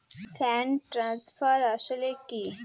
Fund transfer আসলে কী?